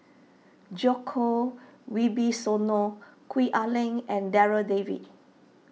Djoko Wibisono Gwee Ah Leng and Darryl David